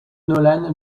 nolan